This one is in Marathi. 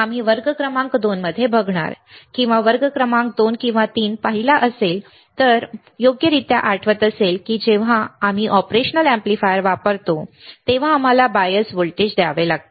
आम्ही वर्ग क्रमांक 2 मध्ये बघणार किंवा वर्ग क्रमांक 2 किंवा 3 पाहिला असेल जर मला योग्यरित्या आठवत असेल की जेव्हा आम्ही ऑपरेशनल अॅम्प्लीफायर वापरतो तेव्हा आम्हाला बायस व्होल्टेज द्यावे लागते